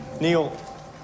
neil